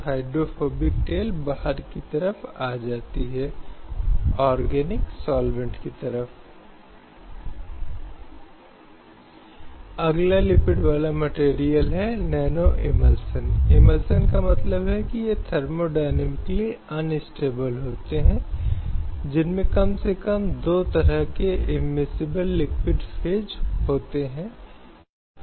इसी तरह जहां यह एक बच्चे की पितृत्व से संबंधित है क्या एक जांच से बच्चे के पितृत्व को निर्धारित करने की अनुमति दी जा सकती है और वहां यह कहा गया कि केवल जिज्ञासा या अन्य मुद्दों के उद्देश्य से एक व्यक्ति परीक्षण के लिए एक पितृत्व परीक्षण नहीं जा सकता है